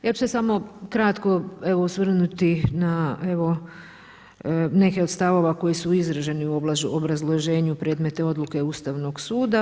Ja bih sad samo kratko osvrnuti na evo neke od stavova koji su izraženi u obrazloženju predmetne Odluke Ustavnog suda.